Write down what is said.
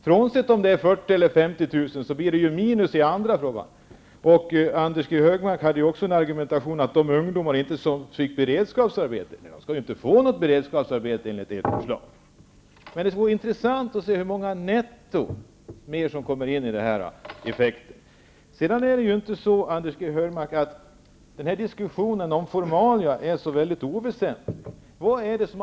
Oavsett om det är 40 000 eller 50 000 blir det ju minus på ett annat sätt. Anders G. Högmark argumenterade också för att de ungdomar som inte har något beredskapsarbete inte heller skall få något. Det skulle vara intressant att se hur många fler ungdomar netto som kommer i arbete tack vare effekten av den här föreslagna åtgärden. Den här diskussionen om formalia, Anders G. Högmark, är inte så oväsentlig.